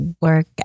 work